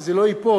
שזה לא ייפול,